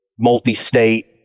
multi-state